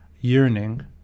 yearning